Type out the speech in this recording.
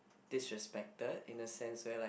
disrespected in a sense where like